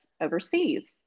overseas